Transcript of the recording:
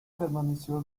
permaneció